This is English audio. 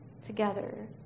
together